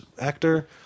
actor